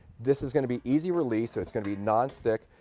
this is going to be easy release so it's going to be non stick,